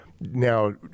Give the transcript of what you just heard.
now